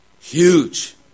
Huge